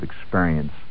experience